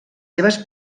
seves